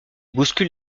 bouscule